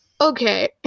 okay